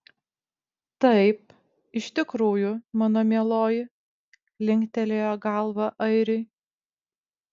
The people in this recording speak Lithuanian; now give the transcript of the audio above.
taip iš tikrųjų mano mieloji linktelėjo galva airiui